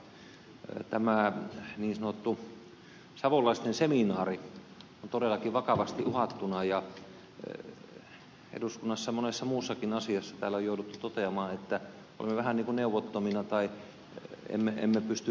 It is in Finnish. tämä niin sanottu savolaisten seminaari on todellakin vakavasti uhattuna ja eduskunnassa monessa muussakin asiassa täällä on jouduttu toteamaan että olemme vähän niin kun neuvottomina tai emme pysty vaikuttamaan asioihin